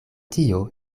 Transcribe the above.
tio